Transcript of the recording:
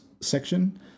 section